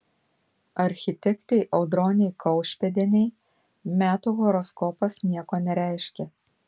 architektei audronei kaušpėdienei metų horoskopas nieko nereiškia